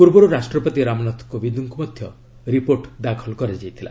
ପୂର୍ବରୁ ରାଷ୍ଟ୍ରପତି ରାମନାଥ କୋବିନ୍ଦଙ୍କୁ ମଧ୍ୟ ରିପୋର୍ଟ ଦାଖଲ କରାଯାଇଥିଲା